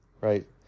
right